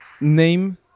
name